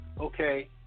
Okay